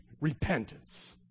Repentance